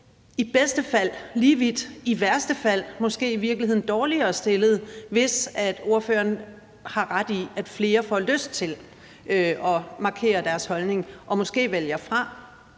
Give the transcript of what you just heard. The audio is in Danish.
i bedste fald lige vidt, i værste fald måske i virkeligheden dårligere stillet, hvis ordføreren har ret i, at flere får lyst til at markere deres holdning og måske vælger det